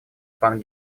пан